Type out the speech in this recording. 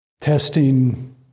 testing